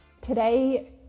Today